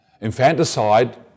Infanticide